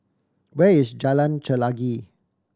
where is Jalan Chelagi